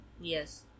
Yes